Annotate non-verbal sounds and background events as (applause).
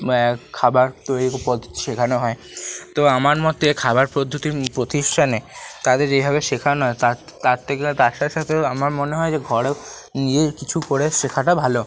খাবার তৈরির পদ্ধতি শেখানো হয় তো আমার মতে খাবার পদ্ধতির প্রতিষ্ঠানে তাদের যেভাবে শেখানো হয় তার তার থেকেও (unintelligible) আমার মনে হয় যে ঘরে নিজে কিছু করে শেখাটা ভালো